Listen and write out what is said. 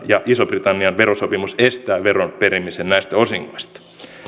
ja ison britannian verosopimus estää veron perimisen näistä osingoista